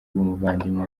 bw’umuvandimwe